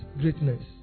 greatness